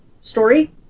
story